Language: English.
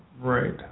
Right